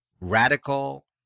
radical